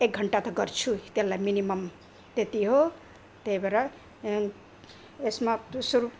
एक घन्टा त गर्छु नै त्यसलाई मिनिमम त्यति हो त्यही भएर यसमा